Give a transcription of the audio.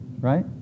right